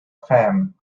fame